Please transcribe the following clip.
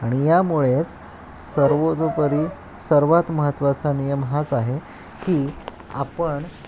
आणि यामुळेच सर्वतोपरी सर्वात महत्वाचा नियम हाच आहे की आपण